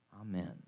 Amen